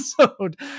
episode